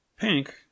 Pink